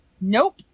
Nope